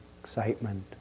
excitement